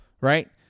Right